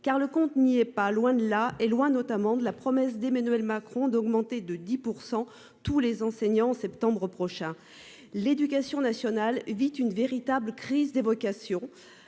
car le compte n'y est pas, loin de là et loin notamment de la promesse d'Emmanuel Macron d'augmenter de 10%, tous les enseignants en septembre prochain. L'éducation nationale vit une véritable crise d'évocation,